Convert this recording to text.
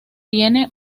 tiene